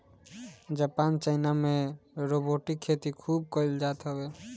Japan China में robotic खेती खूब कईल जात हवे